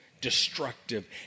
destructive